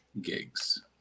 gigs